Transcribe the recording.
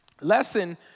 lesson